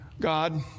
God